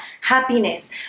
happiness